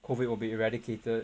COVID will be eradicated